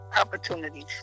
opportunities